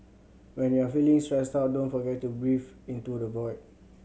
when you are feeling stressed out don't forget to breathe into the void